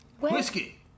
Whiskey